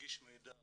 להנגיש מידע